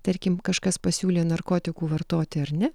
tarkim kažkas pasiūlė narkotikų vartoti ar ne